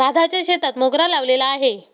राधाच्या शेतात मोगरा लावलेला आहे